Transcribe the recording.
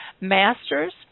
master's